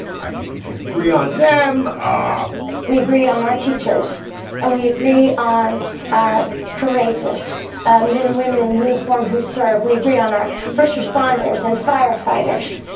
i think we can agree on them ah we agree on our teachers and we agree on our courageous men and women in uniform who serve we agree on our first responders and firefighters,